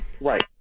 Right